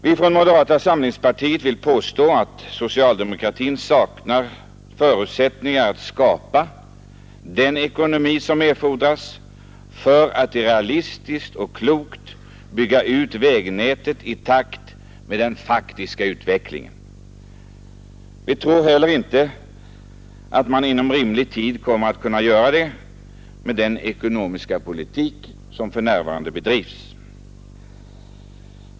Vi från moderata samlingspartiet vill påstå att socialdemokratin saknar förutsättningar att skapa den ekonomi som erfordras för att realistiskt och klokt bygga ut vägnätet i takt med den faktiska utvecklingen. Vi tror heller inte att man inom rimlig tid kommer att kunna göra det med den ekonomiska politik som för närvarande bedrivs.